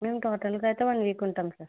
మేము టోటల్గా అయితే వన్ వీక్ ఉంటాము సార్